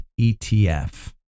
ETF